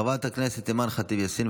חברת הכנסת אימאן ח'טיב יאסין.